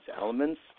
elements